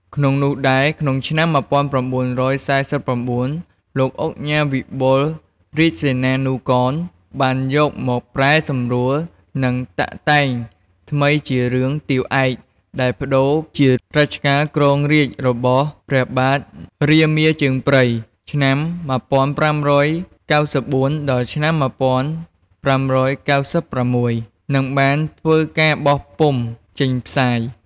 ក្នុងនោះដែរ ក្នុងឆ្នាំ ១៩៤៩ លោកឧកញ៉ាវិបុលរាជសេនា នូ កន បានយកមកប្រែសម្រួលនិងតាក់តែងថ្មីជារឿង ទាវឯក ដែលប្ដូរជារជ្ជកាលគ្រងរាជរបស់ ព្រះបាទ រាមាជើងព្រៃ ឆ្នាំ (១៥៩៤ ដល់ ១៥៩៦) និងបានធ្វើការបោះពុម្ភចេញផ្សាយ។